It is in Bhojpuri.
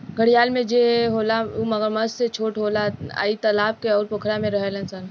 घड़ियाल जे होला उ मगरमच्छ से छोट होला आ इ तालाब अउर पोखरा में रहेले सन